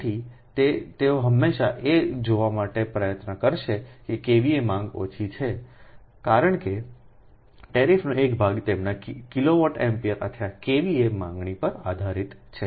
તેથી તેથી જ તેઓ હંમેશા એ જોવા માટે પ્રયત્ન કરશે કે KVA માંગ ઓછી છે કારણ કે તે ટેરિફનો એક ભાગ તેમના કિલો વોલ્ટ એમ્પીયર અથવા KVA માંગણી પર આધારિત છે